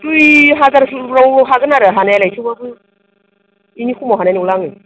दुइ हाजारसिमफ्राव हागोन आरो हानायालाय थेवबाबो बेनि खमाव हानाय नंला आङो